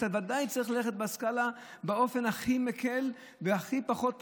אתה ודאי צריך ללכת באופן הכי מקל והכי פחות פוגעני.